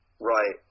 Right